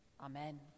Amen